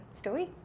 story